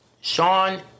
Sean